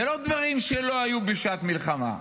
אלה לא דברים שלא היו בשעת מלחמה,